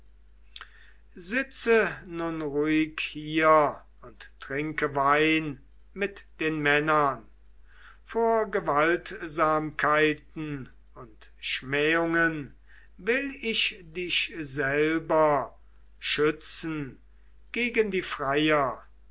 sitze nun ruhig hier und trinke wein mit den männern vor gewaltsamkeiten und schmähungen will ich dich selber schützen gegen die freier